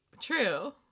True